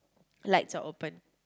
lights are open